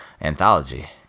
Anthology